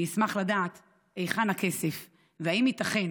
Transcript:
אני אשמח לדעת היכן הכסף ואם ייתכן